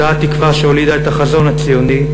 אותה התקווה שהולידה את החזון הציוני,